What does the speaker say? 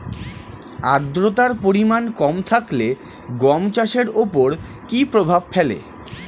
আদ্রতার পরিমাণ কম থাকলে গম চাষের ওপর কী প্রভাব ফেলে?